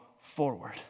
forward